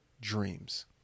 dreams